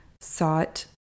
sought